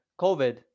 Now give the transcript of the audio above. COVID